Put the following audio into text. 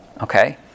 Okay